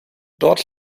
dort